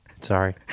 sorry